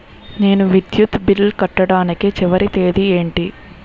నేను విద్యుత్ బిల్లు కట్టడానికి చివరి తేదీ ఏంటి?